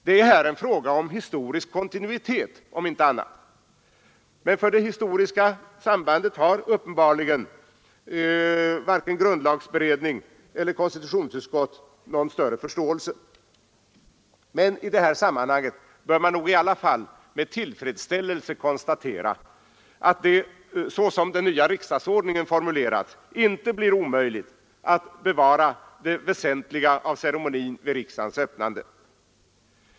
Det är här en fråga om historisk kontinuitet om inte annat, men för det historiska sambandet har uppenbarligen, som redan framhållits, varken grundlagberedning eller konstitutionsutskott någon större förståelse. I detta sammanhang bör man nog i alla fall med tillfredsställelse konstatera att det så som den nya riksdagsordningen är formulerad inte blir omöjligt att bevara det väsentliga av ceremonin vid riksdagens öppnande.